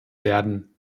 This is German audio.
werden